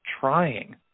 trying